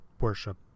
worship